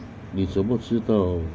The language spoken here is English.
你怎么知道